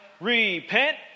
Repent